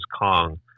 Kong